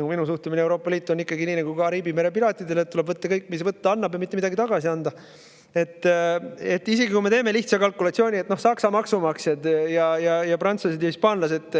minu suhtumine Euroopa Liitu on ikkagi nagu Kariibi mere piraatidel –, et tuleb võtta kõik, mis võtta annab, ja mitte midagi tagasi anda. Isegi kui me teeme lihtsa kalkulatsiooni, et Saksa maksumaksjad ja prantslased-hispaanlased